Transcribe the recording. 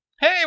Hey